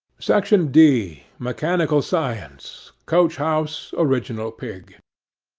section d mechanical science. coach-house, original pig.